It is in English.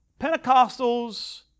Pentecostals